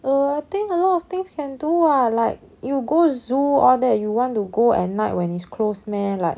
err I think a lot of things can do [what] like you go zoo all that you want to go at night when it's closed meh like